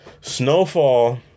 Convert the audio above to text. Snowfall